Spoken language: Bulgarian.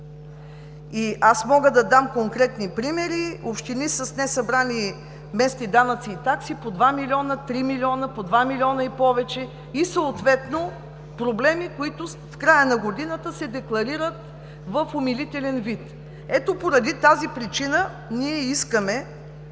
Аз мога да дам конкретни примери, общини с несъбрани местни данъци и такси по 2 милиона, по 3 милиона, по 2 милиона и повече, и съответно проблеми, които в края на годината се декларират в умилителен вид. Поради тази причина ние искаме